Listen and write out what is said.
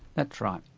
that's right.